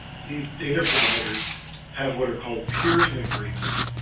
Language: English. these data providers have what are called peering agreements?